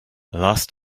last